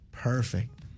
Perfect